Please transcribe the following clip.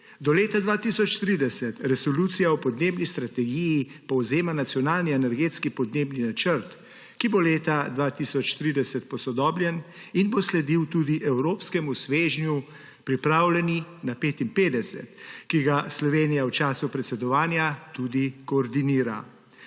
Do leta 2030 resolucija o podnebni strategiji povzema Nacionalni energetski in podnebni načrt, ki bo leta 2030 posodobljen in bo sledil tudi evropskemu svežnju Pripravljeni na 55, ki ga Slovenija v času predsedovanja tudi koordinira.